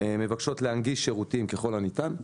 מבקשות להנגיש שירותים ככל הניתן,